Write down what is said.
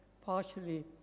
partially